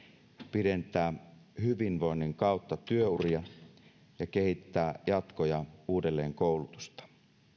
pidentää hyvinvoinnin kautta työuria ja kehittää jatko ja uudelleenkoulutusta